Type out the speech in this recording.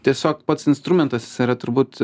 tiesiog pats instrumentas jisai yra turbūt